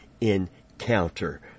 encounter